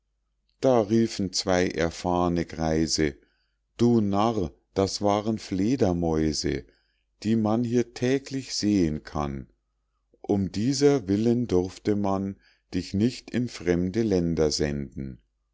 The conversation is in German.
da riefen zwei erfahrne greise du narr das waren fledermäuse die man hier täglich sehen kann um dieser willen durfte man dich nicht in fremde länder senden